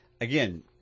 again